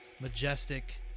majestic